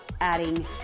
adding